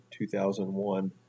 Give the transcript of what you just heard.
2001